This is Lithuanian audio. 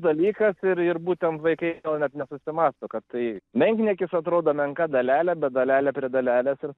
dalykas ir ir būtent vaikai gal net nesusimąsto kad tai menkniekis atrodo menka dalelė bet dalelė prie dalelės ir